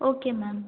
okay ma'am